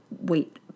wait